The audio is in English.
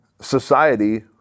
society